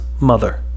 mother